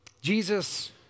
Jesus